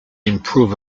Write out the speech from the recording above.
improve